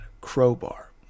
Crowbar